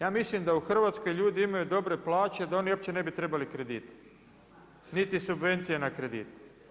Ja mislim da u Hrvatskoj ljudi imaju dobre plaće da oni uopće ne bi trebali kredite, niti subvencije na kredite.